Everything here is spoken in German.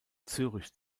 zürich